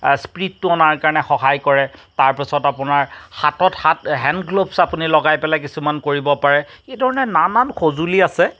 স্পিটটো অনাৰ কাৰণে সহায় কৰে তাৰপিছত আপোনাৰ হাতত হাত হেণ্ডগ্ল'ভছ আপুনি লগাই পেলাই কিছুমান কৰিব পাৰে এইধৰণে নানান সঁজুলি আছে